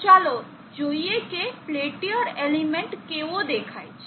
તો ચાલો જોઈએ કે પેલ્ટીયર એલિમેન્ટ કેવો દેખાય છે